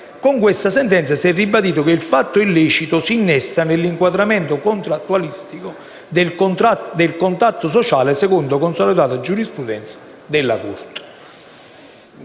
struttura sanitaria, si è ribadito che il fatto illecito si innesta nell'inquadramento contrattualistico del contatto sociale, secondo consolidata giurisprudenza della Corte.